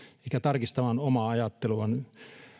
ehkä tarkistamaan omaa ajatteluaan